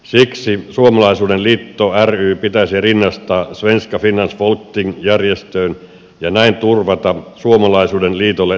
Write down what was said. siksi suomalaisuuden liitto ry pitäisi rinnastaa svenska finlands folkting järjestöön ja näin turvata suomalaisuuden liitolle tasapuoliset toimintamahdollisuudet